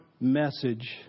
message